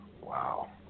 Wow